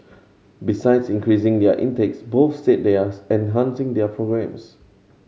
besides increasing their intakes both said they are enhancing their programmes